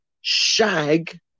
shag